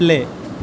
play